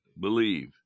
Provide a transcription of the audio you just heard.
believe